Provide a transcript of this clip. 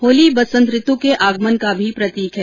होली बसंत ऋतु के आगमन का भी प्रतीक है